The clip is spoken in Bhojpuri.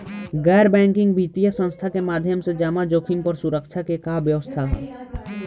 गैर बैंकिंग वित्तीय संस्था के माध्यम से जमा जोखिम पर सुरक्षा के का व्यवस्था ह?